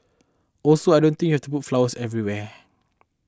also I don't think you have to put flowers everywhere